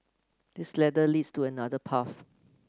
this ladder leads to another path